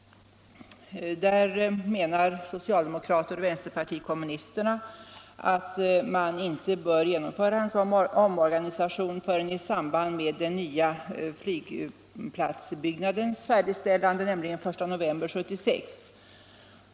Socialdemokraterna och vänsterpartiet kommunisterna menar att man inte bör genomföra en sådan omorganisation förrän i samband med den nya flygplatsbyggnadens färdigställande — den I november 1976.